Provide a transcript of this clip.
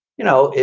you know,